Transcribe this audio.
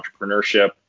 entrepreneurship